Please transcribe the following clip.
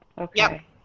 Okay